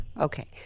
okay